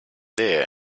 there